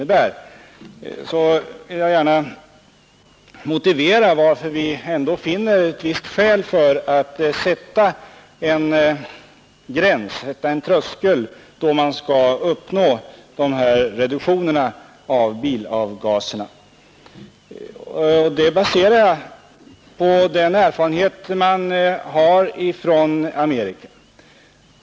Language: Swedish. Med anledning av detta vill jag motivera varför vi ändå finner skäl för att sätta upp en bestämd tidpunkt då målet skall vara uppnått, och en tidpunkt som ligger ett par år före ledningsgruppens förslag. Jag baserar min uppfattning på de erfarenheter som gjorts i Amerika.